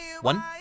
One